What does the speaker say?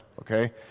okay